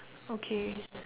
okay